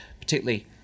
particularly